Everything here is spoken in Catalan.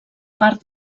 part